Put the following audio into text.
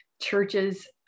churches